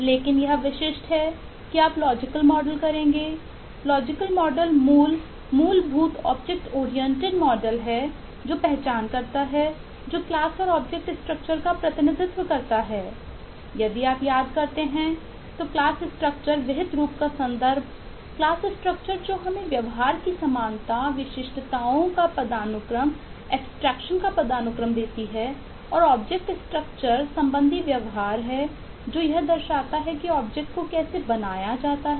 लेकिन यह विशिष्ट है कि आप लॉजिकल मॉडल और छोटे से बनाया जाता है